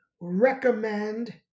recommend